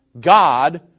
God